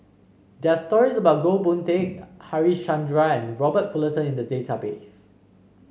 there're stories about Goh Boon Teck Harichandra and Robert Fullerton in the database